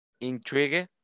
intrigue